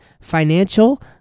financial